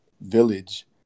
village